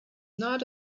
not